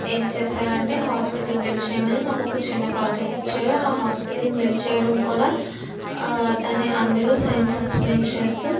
ఏం చేశారంటే hospital build చేయమని మాకు ఒక చిన్న ప్రాజెక్ట్ ఇచ్చారు ఆ హాస్పిటల్ బిల్డ్ చేయడం కూడా దాని అందులో సైన్స్ ఎక్స్ప్లెయిన్ చేస్తూ